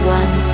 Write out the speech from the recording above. one